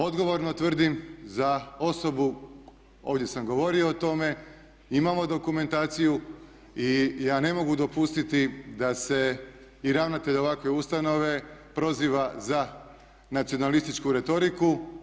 Odgovorno tvrdim za osobu, ovdje sam govorio o tome, imamo dokumentaciju i ja ne mogu dopustiti da se i ravnatelj ovakve ustanove proziva za nacionalističku retoriku.